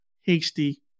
hasty